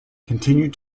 continued